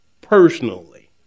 personally